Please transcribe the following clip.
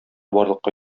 барлыкка